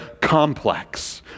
complex